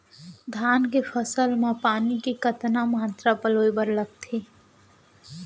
धान के फसल म पानी के कतना मात्रा पलोय बर लागथे?